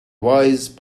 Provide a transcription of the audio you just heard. wise